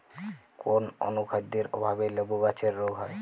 কোন অনুখাদ্যের অভাবে লেবু গাছের রোগ হয়?